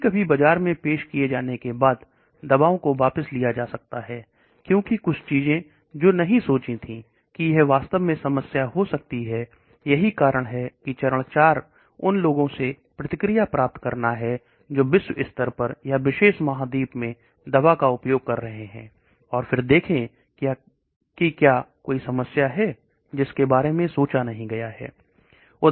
कभी कभी बाजार में पेश किए जाने के बाद दबाव को वापस लिया जा सकता है क्योंकि कुछ चीजें जो नहीं सोची थी कि यह वास्तव में समस्या हो सकती है यही कारण है कि चरण 4 उन लोगों से प्रतिक्रिया प्राप्त करता है जो विश्व स्तर पर या किसी विशेष महाद्वीप में दवा का उपयोग कर रहे हैं और फिर देखें कि क्या कोई समस्या है जिसके बारे में सोचा नहीं गया है